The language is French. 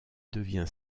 devient